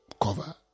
cover